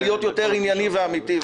להיות יותר ענייני ואמיתי.